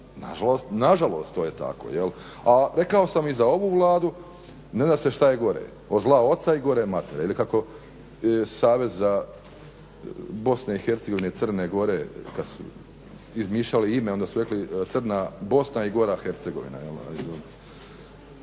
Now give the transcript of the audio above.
Nažalost to je tako. A rekao sam i za ovu Vladu, ne zna se šta je gore od zla oca i gore matere ili kako Savez BiH, Crne Gore kada su izmišljali ime onda su rekli Crna Bosna i Gora Hercegovina.